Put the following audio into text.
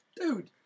Dude